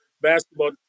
basketball